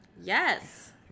Yes